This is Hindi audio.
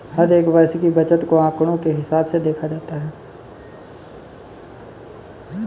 हर एक वर्ष की बचत को आंकडों के हिसाब से देखा जाता है